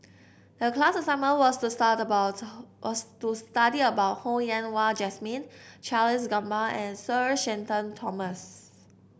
the class assignment was to stud about was to stud about Ho Yen Wah Jesmine Charles Gamba and Sir Shenton Thomas